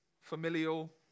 familial